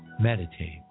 meditate